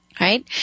Right